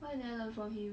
why you never learn from him